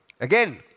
Again